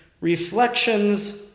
reflections